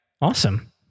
Awesome